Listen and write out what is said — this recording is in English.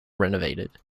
renovated